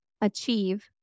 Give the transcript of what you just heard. achieve